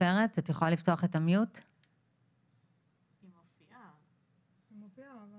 ליד אריאל ולפני שנתיים,